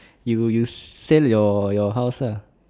you you sell your your house lah